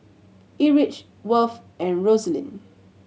Erich Worth and Roselyn